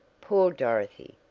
poor dorothy!